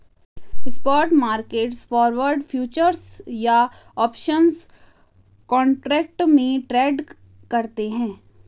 spot market forward, futures या options contract में trade करते हैं